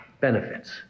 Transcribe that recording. benefits